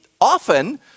often